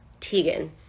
Teigen